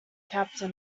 captain